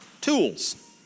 tools